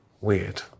weird